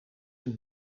een